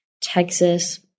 Texas